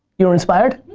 you're inspired?